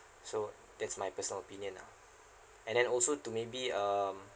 so that's my personal opinion lah and then also to maybe um